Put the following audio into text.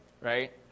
right